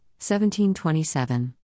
1727